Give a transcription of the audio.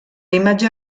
imatge